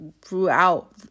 throughout